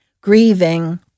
grieving